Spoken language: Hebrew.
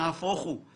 נהפוך הוא,